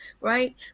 right